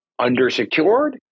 undersecured